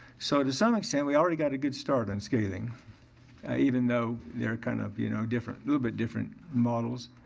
so to some extent, we already got a good start on scaling even though they're kind of you know different, little bit different models.